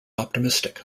optimistic